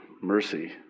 Mercy